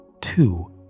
two